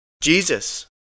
Jesus